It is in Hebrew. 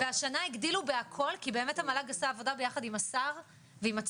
והשנה הגדילו בהכל כי באמת המל"ג עשה עבודה יחד עם השר והצוותים,